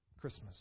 Christmas